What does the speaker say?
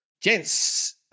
Gents